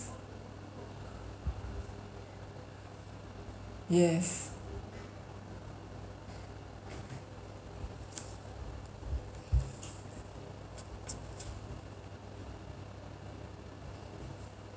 yes